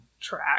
track